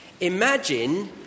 Imagine